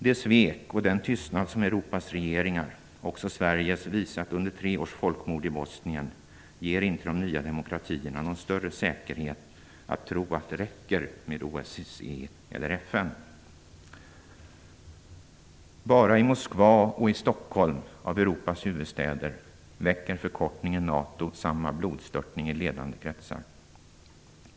Det svek och den tystnad som Europas regeringar - också Sveriges regering - har visat under tre års folkmord i Bosnien gör inte att de nya demokratierna kan känna sig säkra på att det räcker med OSSE eller FN. Bara i Moskva och i Stockholm av Europas huvudstäder väcker förkortningen NATO samma blodstörtning i ledande kretsar.